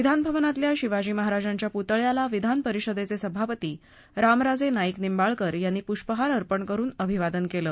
विधान भवनातील शिवाजी महाराजांच्या पुतळ्याला विधान परिषदेचे सभापती रामराजे नाईक निंबाळकर यांनी पुष्पहार अर्पण करून अभिवादन केलं